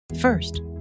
First